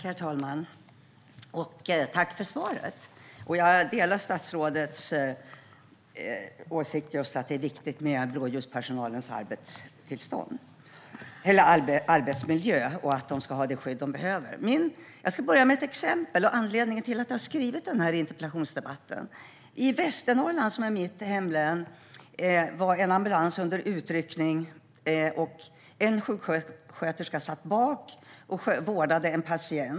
Herr talman! Tack för svaret! Jag delar statsrådets åsikt att blåljuspersonalens arbetsmiljö är viktig. De ska ha det skydd de behöver. Jag ska börja med att ge ett exempel, vilket också är anledningen till att jag skrev interpellationen. I Västernorrland, mitt hemlän, var en ambulans under utryckning. En sjuksköterska satt bak och vårdade en patient.